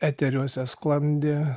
eteriuose sklandė